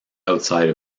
outside